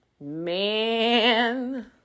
man